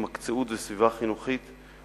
התמקצעות וסביבה חינוכית,